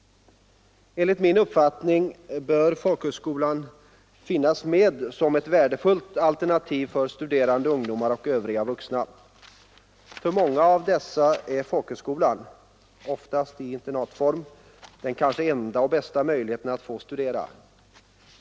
Enligt min uppfattning bör folkhögskolan finnas med som ett värdefullt alternativ för studerande ungdomar och vuxna. För många av dessa är folkhögskolan — oftast i internatform — den bästa och kanske enda möjligheten att få studera.